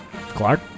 Clark